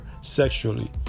sexually